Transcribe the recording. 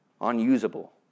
unusable